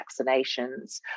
vaccinations